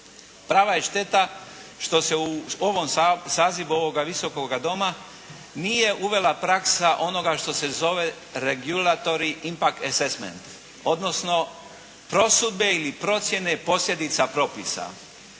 Prava je šteta što se u ovom, sazivu ovoga Visokoga doma nije uvela praksa onoga što se zove regulatory impack assesment, odnosno prosude ili procjene posljedica propisa.